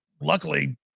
luckily